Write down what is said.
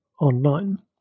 online